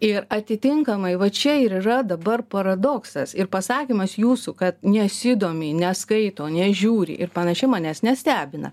ir atitinkamai va čia ir yra dabar paradoksas ir pasakymas jūsų ka nesidomi neskaito nežiūri ir panaši manęs nestebina